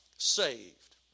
Saved